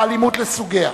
באלימות לסוגיה.